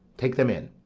take them in.